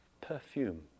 perfume